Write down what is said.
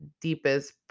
deepest